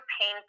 pain